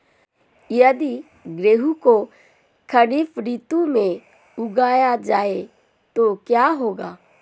यदि गेहूँ को खरीफ ऋतु में उगाया जाए तो क्या होगा?